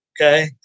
Okay